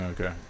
Okay